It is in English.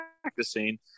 practicing